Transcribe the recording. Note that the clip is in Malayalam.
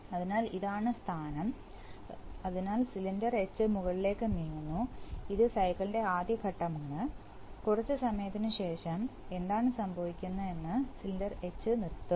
അതിനാൽ ഇതാണ് സ്ഥാനം അതിനാൽ സിലിണ്ടർ എച്ച് മുകളിലേക്ക് നീങ്ങുന്നു ഇത് സൈക്കിളിന്റെ ആദ്യ ഘട്ടമാണ് കുറച്ച് സമയത്തിന് ശേഷം എന്താണ് സംഭവിക്കുകയെന്നത് സിലിണ്ടർ എച്ച് നിർത്തും